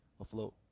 afloat